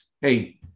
hey